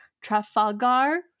Trafalgar